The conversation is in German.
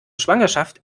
schwangerschaft